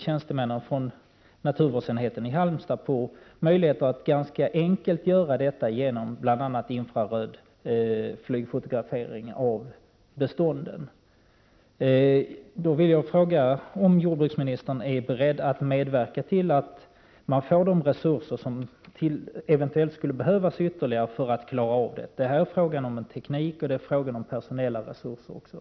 Tjänstemän vid naturvårdsenheten i Halmstad har i det sammmanhanget pekat på att det är ganska enkelt att avgöra den saken, bl.a. genom infraröd flygfotografering av bestånden. Jag vill fråga jordbruksministern om han är beredd att medverka till att man får de ytterligare resurser som eventuellt kommer att behövas. Det är fråga om teknik och personella resurser.